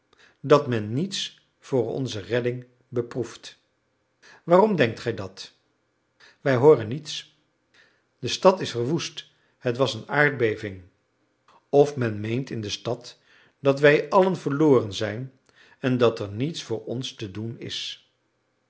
dat men niets voor onze redding beproeft waarom denkt gij dat wij hooren niets de stad is verwoest het was een aardbeving of men meent in de stad dat wij allen verloren zijn en dat er niets voor ons te doen is